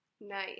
nice